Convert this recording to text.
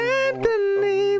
anthony